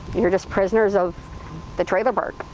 you're just prisoners of the trailer park.